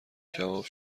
کباب